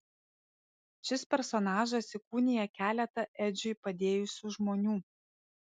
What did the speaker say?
šis personažas įkūnija keletą edžiui padėjusių žmonių